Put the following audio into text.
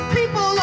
People